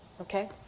Okay